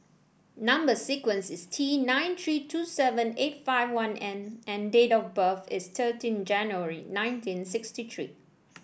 number sequence is T nine three two seven eight five one N and date of birth is thirteen January nineteen sixty three